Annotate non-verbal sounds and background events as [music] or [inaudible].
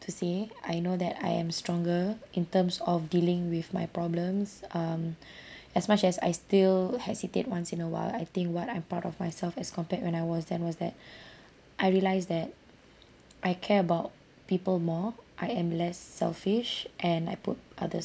to see I know that I am stronger in terms of dealing with my problems um [breath] as much as I still hesitate once in a while I think what I'm proud of myself as compared when I was then was that [breath] I realize that I care about people more I am less selfish and I put others